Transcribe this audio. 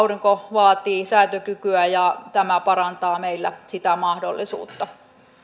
aurinko vaativat säätökykyä ja tämä parantaa meillä sitä mahdollisuutta